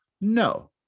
No